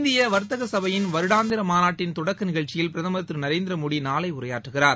இந்திய வர்த்தக சபையின் வருடாந்திர மாநாட்டின் தொடக்க நிகழ்ச்சியில் பிரதமர் திரு நரேந்திர மோடி நாளை உரையாற்றுகிறார்